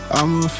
I'ma